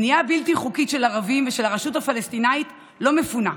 בנייה בלתי חוקית של ערבים ושל הרשות הפלסטינית לא מפונה,